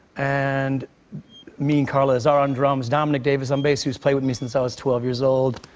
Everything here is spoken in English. and me and carla azar on drums. dominic davis on bass, who's played with me since i was twelve years old.